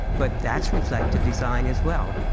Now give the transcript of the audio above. but that's reflective design as well.